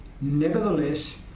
nevertheless